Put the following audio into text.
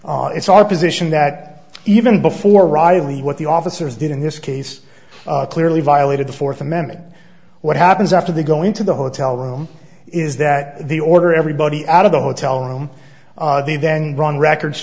phone it's our position that even before riley what the officers did in this case clearly violated the fourth amendment what happens after they go into the hotel room is that the order everybody out of the hotel room they then run record